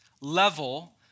level